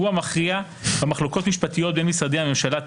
הוא המכריע במחלוקות משפטיות בין משרדי הממשלה,